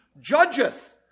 judgeth